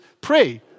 pray